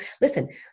Listen